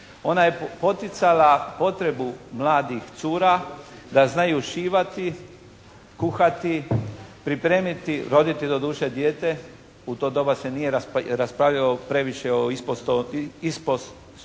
Ona je poticala potrebu mladih cura da znaju šivati, kuhati, pripremiti roditelje doduše dijete, u to doba se nije raspravljalo o istospolnim